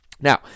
Now